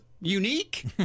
unique